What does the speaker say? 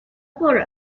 por